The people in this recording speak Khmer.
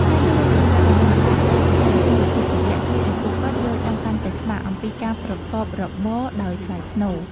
ការចូលរួមក្នុងវគ្គបណ្ដុះបណ្ដាលស្ដីពីសីលធម៌វិជ្ជាជីវៈជួយឱ្យពួកគាត់យល់ដឹងកាន់តែច្បាស់អំពីការប្រកបរបរដោយថ្លៃថ្នូរ។